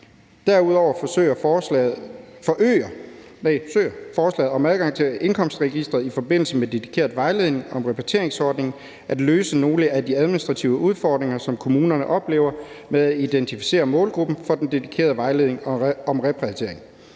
Derudover forsøger forslaget om adgang til indkomstregisteret i forbindelse med dedikeret vejledning om repatrieringsordningen at løse nogle af de administrative udfordringer, som kommunerne oplever med at identificere målgruppen for den dedikerede vejledning om repatriering.